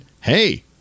hey